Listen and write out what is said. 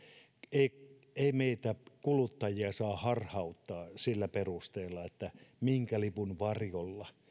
ei ei meitä kuluttajia saa harhauttaa sillä perusteella minkä lipun varjolla